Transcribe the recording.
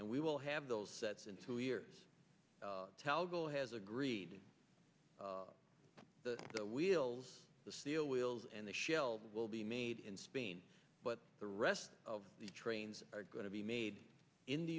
and we will have those sets in two years ago has agreed the wheels the steel wheels and the shelves will be made in spain but the rest of the trains are going to be made in the